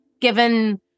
given